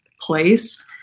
place